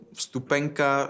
vstupenka